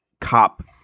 cop